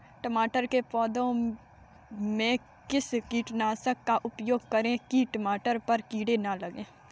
टमाटर के पौधे में किस कीटनाशक का उपयोग करें कि टमाटर पर कीड़े न लगें?